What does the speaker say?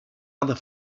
other